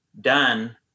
done